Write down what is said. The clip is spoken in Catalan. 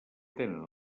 tenen